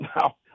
Now